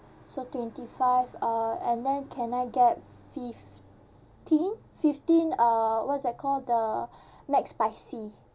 so twenty five uh and then can I get fifteen fifteen uh what's that called the McSpicy